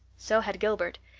so had gilbert.